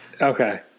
Okay